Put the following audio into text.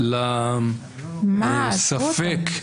לספק,